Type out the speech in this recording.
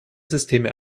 systeme